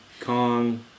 kong